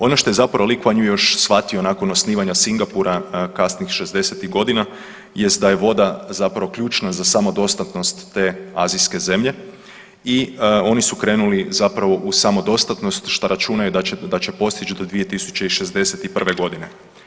Ono šta je zapravo Li Kvan Ju još shvatio nakon osnivanja Singapura kasnih '60.-tih godina jest da je voda zapravo ključna zapravo za samodostatnost te azijske zemlje i oni su krenuli zapravo u samodostatnost šta računaju da će postići do 2061. godine.